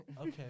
Okay